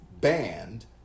banned